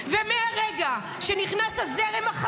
היינו בנים ובנות ביחד.